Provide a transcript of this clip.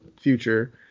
future